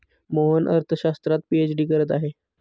मोहन अर्थशास्त्रात पीएचडी करत आहे